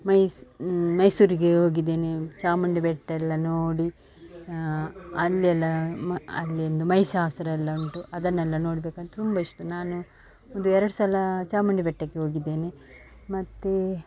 ಮೈಸ ಮೈಸೂರಿಗೆ ಹೋಗಿದೇನೆ ಚಾಮುಂಡಿ ಬೆಟ್ಟ ಎಲ್ಲ ನೋಡಿ ಅಲ್ಲೆಲ್ಲ ಅಲ್ಲಿನದು ಮಹಿಷಾಸುರ ಎಲ್ಲ ಉಂಟು ಅದನ್ನೆಲ್ಲ ನೋಡಬೇಕಂತ ತುಂಬ ಇಷ್ಟ ನಾನು ಒಂದು ಎರಡು ಸಲ ಚಾಮುಂಡಿ ಬೆಟ್ಟಕ್ಕೆ ಹೋಗಿದ್ದೇನೆ ಮತ್ತು